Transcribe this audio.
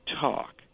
talk